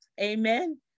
amen